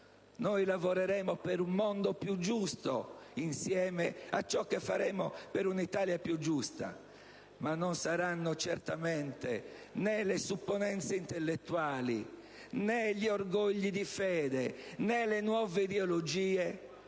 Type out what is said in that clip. Noi lavoreremo per un mondo più giusto insieme a ciò che faremo per un'Italia più giusta, ma non saranno certamente né le supponenze intellettuali, né gli orgogli di fede, né le nuove ideologie